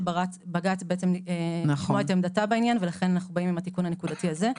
בג"צ לקבוע את עמדתה בעניין ולכן אנחנו באים עם התיקון הנקודתי הזה.